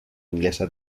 inglesa